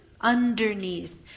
underneath